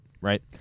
right